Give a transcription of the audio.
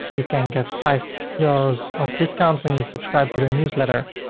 you can get five years of discount when you subscribe to their newsletter.